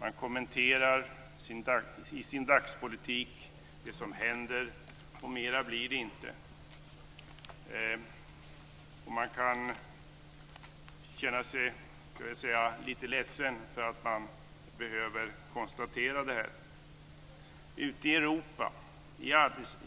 Man kommenterar i sin dagspolitik det som händer. Mer blir det inte. Man kan känna sig lite ledsen för att man behöver konstatera detta. Ute i Europa - i